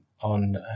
on